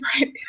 right